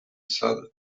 сада